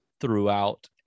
throughout